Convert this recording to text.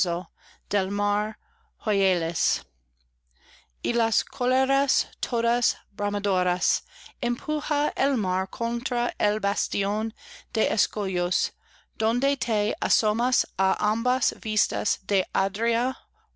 y las cóleras todas bramadoras empuja el mar contra el bastión de escollos donde te asomas á ambas vistas de adria